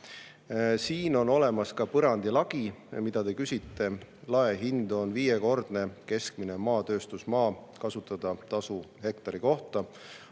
Siin on olemas ka põrand ja lagi, mille kohta te küsisite. Lae hind on viiekordne keskmine mäetööstusmaa kasutamise tasu hektari kohta,